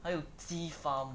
还有鸡 farm